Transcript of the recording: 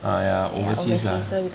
ah ya overseas lah